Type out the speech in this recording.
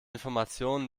informationen